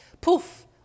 Poof